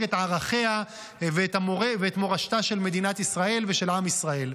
את ערכיה ואת מורשתה של מדינת ישראל ושל עם ישראל.